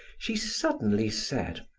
she suddenly said,